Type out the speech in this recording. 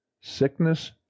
Sickness